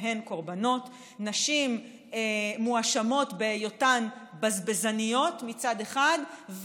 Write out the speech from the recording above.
הן קורבנות: נשים מואשמות בהיותן בזבזניות מצד אחד,